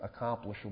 accomplishable